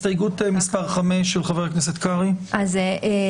הסתייגות מספר 5 של חבר הכנסת קרעי, בבקשה.